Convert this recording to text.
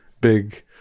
big